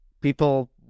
People